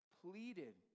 pleaded